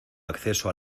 acceso